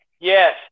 Yes